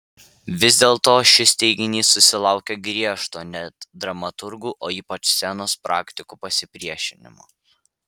vis dėlto šis teiginys susilaukė griežto net dramaturgų o ypač scenos praktikų pasipriešinimo